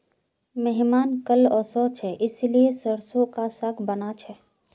मेहमान कल ओशो छे इसीलिए सरसों का साग बाना छे